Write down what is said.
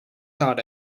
not